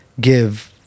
give